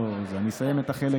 אסיים את החלק